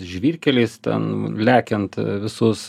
žvyrkeliais ten lekiant visus